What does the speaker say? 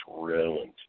ruined